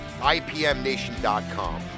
IPMNation.com